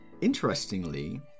Interestingly